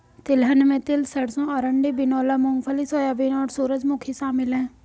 तिलहन में तिल सरसों अरंडी बिनौला मूँगफली सोयाबीन और सूरजमुखी शामिल है